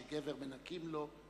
שגבר מנכים לו,